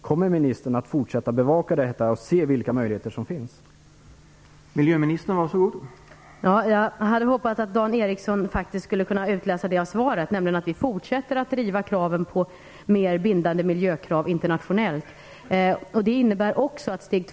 Kommer ministern att fortsätta att bevaka detta och undersöka vilka möjligheter som finns att gå vidare?